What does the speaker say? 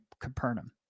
Capernaum